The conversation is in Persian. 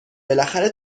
بالاخره